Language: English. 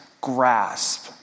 grasp